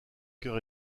cœur